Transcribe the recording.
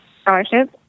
scholarship